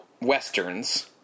Westerns